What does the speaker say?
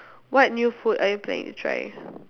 what new food are you planning to try